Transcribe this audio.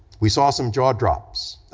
we saw some jaw drops,